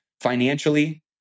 financially